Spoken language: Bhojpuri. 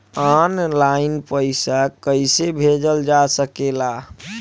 आन लाईन पईसा कईसे भेजल जा सेकला?